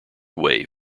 way